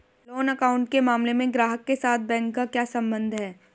Loan account के मामले में ग्राहक के साथ बैंक का क्या संबंध है?